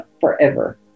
forever